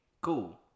cool